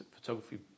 photography